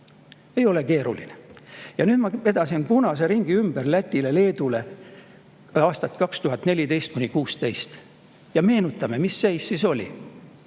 ei ole keeruline. Ma vedasin punase ringi ümber Lätile ja Leedule aastail 2014–2016. Meenutame, mis seis siis oli.